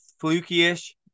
fluky-ish